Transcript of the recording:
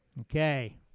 Okay